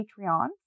Patreon